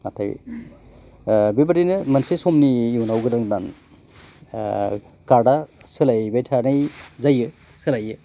नाथाय बेबादिनो मोनसे समनि इउनाव गोदान गोदान कार्डा सोलायबाय थानाय जायो सोलायो